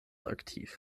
aktiv